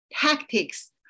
tactics